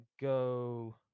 go